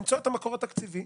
למצוא את המקור התקציבי,